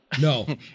No